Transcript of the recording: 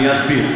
אני אסביר.